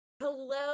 Hello